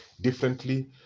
differently